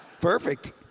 Perfect